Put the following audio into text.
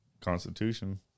Constitution